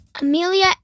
Amelia